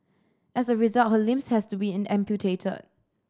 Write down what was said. as a result her limbs has to be amputated